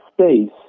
space